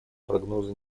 прогнозы